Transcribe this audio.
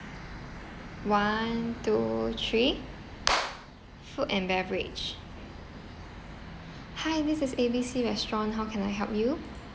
one two three food and beverage hi this is A B C restaurant how can I help you